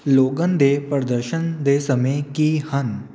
Logan ਦੇ ਪ੍ਰਦਰਸ਼ਨ ਦੇ ਸਮੇਂ ਕੀ ਹਨ